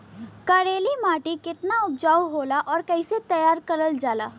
करेली माटी कितना उपजाऊ होला और कैसे तैयार करल जाला?